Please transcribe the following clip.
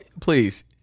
please